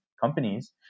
companies